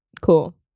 Cool